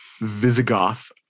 Visigoth